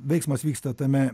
veiksmas vyksta tame